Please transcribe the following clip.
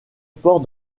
sports